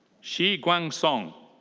shi guang song.